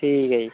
ਠੀਕ ਹੈ ਜੀ